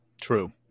True